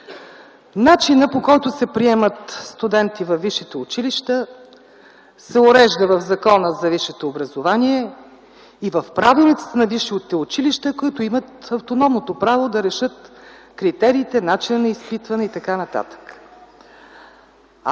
Начинът, по който се приемат студенти във висшите училища, се урежда в Закона за висшето образование и в правилниците на висшите училища, които имат автономното право да решат критериите, начина на изпитване и т.н. А